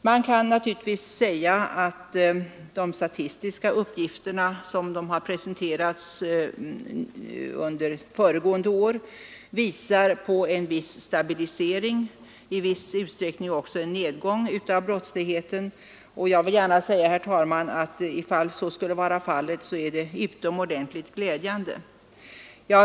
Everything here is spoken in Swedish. Det kan naturligtvis sägas att de statistiska uppgifterna såsom de har presenterats under föregående år visat på en viss stabilisering, i viss utsträckning också en nedgång av brottsligheten och, herr talman, om så skulle vara fallet är det utomordentligt glädjande.